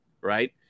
Right